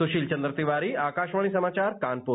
सुशील चंद्र तिवारी आकाशवाणी समाचार कानपुर